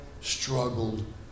struggled